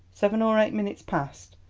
seven or eight minutes passed,